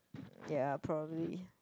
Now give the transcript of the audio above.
ya probably